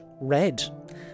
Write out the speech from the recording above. red